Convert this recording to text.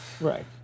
Right